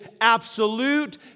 absolute